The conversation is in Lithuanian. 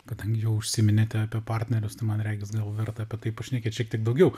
kadangi jau užsiminėte apie partnerius tai man regis gal verta apie tai pašnekėt šiek tiek daugiau